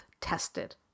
tested